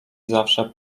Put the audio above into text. zawsze